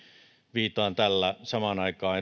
viittaan tällä eduskunnassa samaan aikaan